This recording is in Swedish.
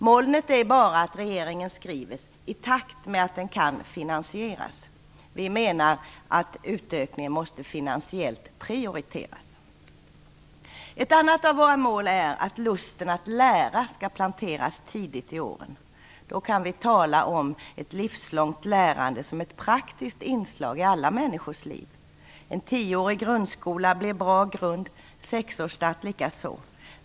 Molnet är bara att regeringen skriver att det skall ske i takt med att den kan finansieras. Vi menar att utökningen måste prioriteras finansiellt. Ett annat av våra mål är att lusten att lära skall planteras tidigt i åren. Då kan vi tala om ett livslångt lärande som ett praktiskt inslag i alla människors liv. En tioårig grundskola blir en bra grund, sexårsstart likaså.